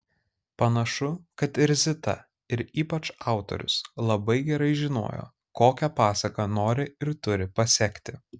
panašu kad ir zita ir ypač autorius labai gerai žinojo kokią pasaką nori ir turi pasekti